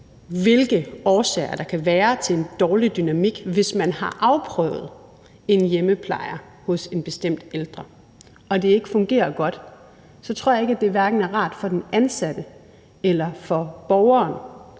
hvilke årsager der kan være til en dårlig dynamik, så vil jeg sige, at hvis man har afprøvet en hjemmeplejer hos en bestemt ældre og det ikke fungerer godt, så tror jeg hverken det er rart for den ansatte eller for borgeren